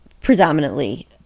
predominantly